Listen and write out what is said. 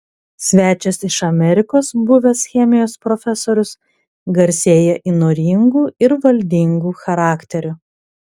svečias iš amerikos buvęs chemijos profesorius garsėja įnoringu ir valdingu charakteriu